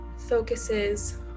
focuses